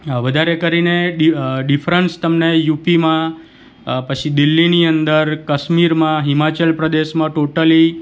વધારે કરીને ડિ ડિફરન્સ તમને યુપીમાં પછી દિલ્લીની અંદર કશ્મીરમાં હિમાચલ પ્રદેશમાં ટોટલી